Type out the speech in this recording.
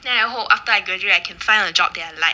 then I hope after I graduate I can find a job that I like